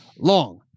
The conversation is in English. long